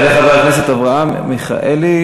יעלה חבר הכנסת אברהם מיכאלי,